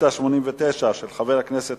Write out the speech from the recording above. חבר הכנסת